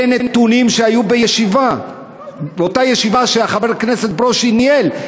אלה נתונים שהיו בישיבה שחבר הכנסת ברושי ניהל,